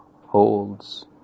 holds